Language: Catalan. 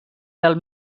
del